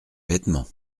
vêtements